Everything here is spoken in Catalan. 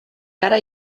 cara